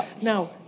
Now